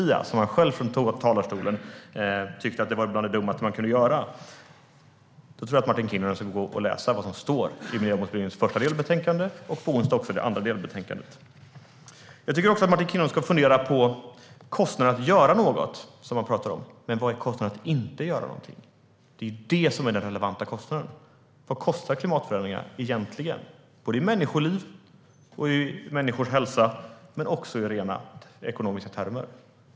Han sa själv i talarstolen att detta var bland det dummaste man kunde göra. Jag tycker att Martin Kinnunen ska gå och läsa vad som står i Miljömålsberedningens första delbetänkande. Och på onsdag har han möjlighet att läsa det andra delbetänkandet. Martin Kinnunen talar om kostnaderna för att göra något. Men vilken är kostnaden för att inte göra någonting? Det är det som är den relevanta kostnaden. Vad kostar klimatförändringarna egentligen? Det handlar om människoliv och människors hälsa men också om ekonomiska kostnader.